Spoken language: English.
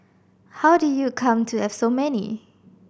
how did you come to have so many